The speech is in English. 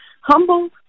humble